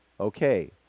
Okay